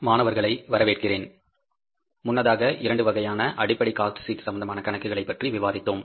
மாணவர்களை வரவேற்கிறேன் முன்னதாக இரண்டு வகையான அடிப்படை காஸ்ட் சீட் சம்பந்தமான கணக்குகளை பற்றி விவாதித்தோம்